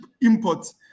imports